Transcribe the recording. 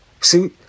see